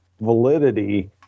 validity